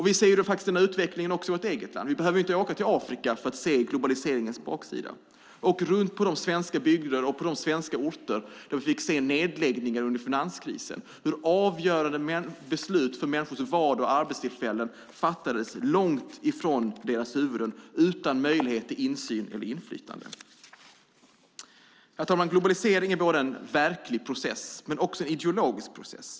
Vi ser den utvecklingen också i vårt eget land. Vi behöver inte åka till Afrika för att se globaliseringens baksida. Åk runt i de svenska bygderna och besök de orter där vi fick se nedläggningar under finanskrisen, där vi fick se hur beslut avgörande för människors vardag och arbetstillfällen fattades högt över deras huvuden och utan möjlighet till insyn eller inflytande. Herr talman! Globalisering är både en verklig process och en ideologisk process.